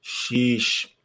Sheesh